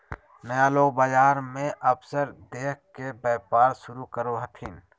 नया लोग बाजार मे अवसर देख के व्यापार शुरू करो हथिन